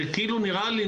זה כאילו נראה לי,